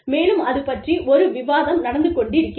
மேலும் அது பற்றி ஒரு விவாதம் நடந்து கொண்டிருக்கிறது